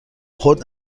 خرد